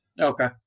Okay